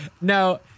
No